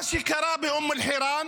מה שקרה באום אל-חיראן,